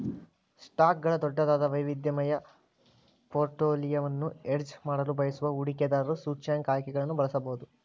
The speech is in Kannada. ಸ್ಟಾಕ್ಗಳ ದೊಡ್ಡದಾದ, ವೈವಿಧ್ಯಮಯ ಪೋರ್ಟ್ಫೋಲಿಯೊವನ್ನು ಹೆಡ್ಜ್ ಮಾಡಲು ಬಯಸುವ ಹೂಡಿಕೆದಾರರು ಸೂಚ್ಯಂಕ ಆಯ್ಕೆಗಳನ್ನು ಬಳಸಬಹುದು